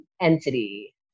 entity